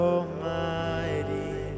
Almighty